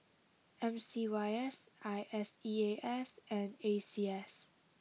M C Y S I S E A S and A C S